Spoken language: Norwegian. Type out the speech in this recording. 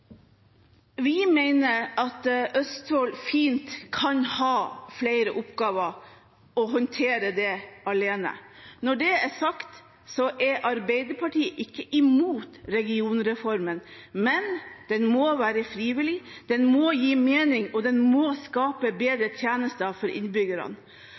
Vi mener at Østfold fint kan ha flere oppgaver og håndtere det alene. Når det er sagt, er Arbeiderpartiet ikke imot regionreformen, men den må være frivillig, den må gi mening, og den må skape bedre tjenester for innbyggerne.